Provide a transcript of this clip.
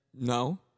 No